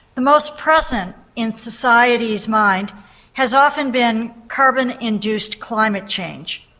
the most present in society's mind has often been carbon induced climate change.